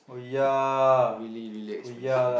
really really expensive